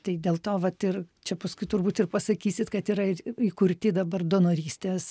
tai dėl to vat ir čia paskui turbūt ir pasakysit kad yra ir įkurti dabar donorystės